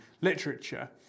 literature